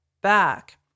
back